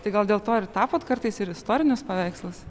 tai gal dėl to ir tapot kartais ir istorinius paveikslus